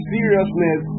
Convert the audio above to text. Seriousness